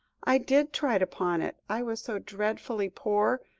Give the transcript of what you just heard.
i did try to pawn it. i was so dreadfully poor,